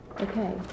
okay